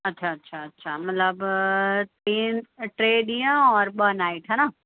अच्छा अच्छा अच्छा मतलबु तीन टे ॾींहं और ॿ नाइट हा न